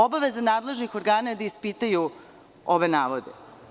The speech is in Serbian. Obaveza nadležnih organa je da ispitaju ove navode.